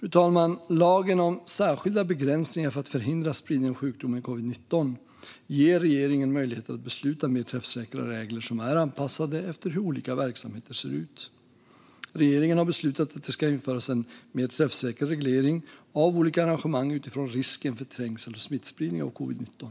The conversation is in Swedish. Fru talman! Lagen om särskilda begränsningar för att förhindra spridning av sjukdomen covid-19 ger regeringen möjligheter att besluta om mer träffsäkra regler som är anpassade efter hur olika verksamheter ser ut. Regeringen har beslutat att det ska införas en mer träffsäker reglering av olika arrangemang utifrån risken för trängsel och smittspridning av covid-19.